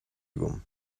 agam